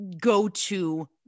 go-to